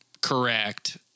correct